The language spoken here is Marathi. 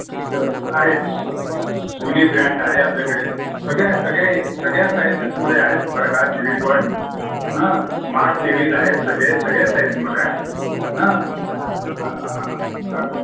स आहे स सोनी ब्रँड आहे आपल्याकडे सगळ्या सगळ्या सगळ्या साइजेसमध्ये आहेत बर का टी व्ही पण हां स्मार्ट टीव्हीज आहेत सगळे सगळ्या साइजमध्ये आहेत हां हां हां अ